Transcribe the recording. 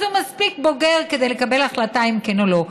אז הוא מספיק בוגר כדי לקבל החלטה אם כן או לא.